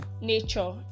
nature